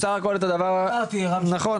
קודם כל תודה רבה